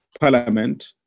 parliament